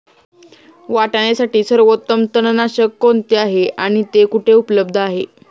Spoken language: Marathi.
वाटाण्यासाठी सर्वोत्तम तणनाशक कोणते आहे आणि ते कुठे उपलब्ध आहे?